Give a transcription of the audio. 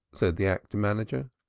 said the actor-manager.